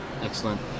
Excellent